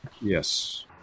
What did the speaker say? Yes